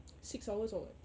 six hours or what